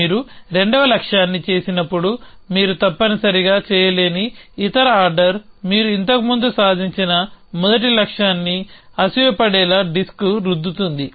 మీరు రెండవ లక్ష్యాన్ని చేసినప్పుడు మీరు తప్పనిసరిగా చేయలేని ఇతర ఆర్డర్ మీరు ఇంతకు ముందు సాధించిన మొదటి లక్ష్యాన్ని అసూయ పడేలా డిస్క్ రుద్దుతుంది